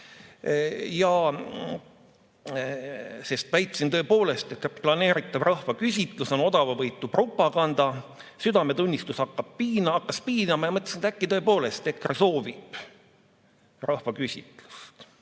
sest väitsin tõepoolest, et planeeritav rahvaküsitlus on odavavõitu propaganda. Südametunnistus hakkas piinama ja mõtlesin, et äkki tõepoolest EKRE soovib rahvaküsitlust.